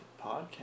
podcast